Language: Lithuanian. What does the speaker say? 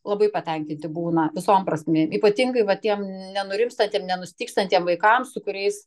labai patenkinti būna visom prasmėm ypatingai va tiem nenurimstantiem nenustygstantiem vaikam su kuriais